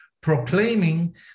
proclaiming